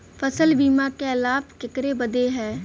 फसल बीमा क लाभ केकरे बदे ह?